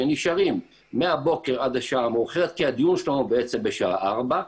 שנשארים מהבוקר עד השעה המאוחרת כי הדיון שלהם בשעה ארבע,